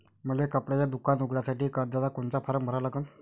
मले कपड्याच दुकान उघडासाठी कर्जाचा कोनचा फारम भरा लागन?